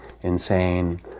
insane